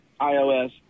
iOS